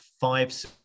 five